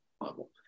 level